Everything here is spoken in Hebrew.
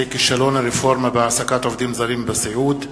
בנושא: כישלון הרפורמה בהעסקת עובדים זרים בסיעוד,